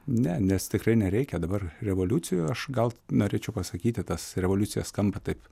ne nes tikrai nereikia dabar revoliucijų aš gal norėčiau pasakyti tas revoliucijas skamba taip